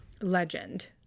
Legend